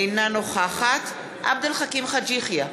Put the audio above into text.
אינה נוכחת עבד אל חכים חאג' יחיא,